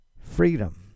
Freedom